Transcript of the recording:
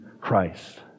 Christ